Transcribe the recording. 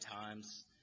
times